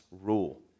rule